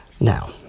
Now